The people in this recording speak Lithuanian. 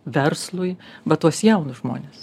verslui va tuos jaunus žmones